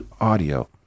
audio